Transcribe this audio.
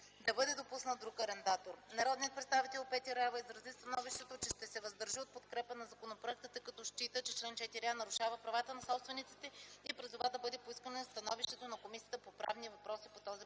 да бъде допуснат друг арендатор. Народният представител Петя Раева изрази становището, че ще се въздържи от подкрепа на законопроекта, тъй като счита, че чл. 4а нарушава правата на собствениците и призова да бъде поискано становището на Комисията по правни въпроси по този параграф.